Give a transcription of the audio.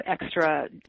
extra